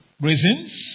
reasons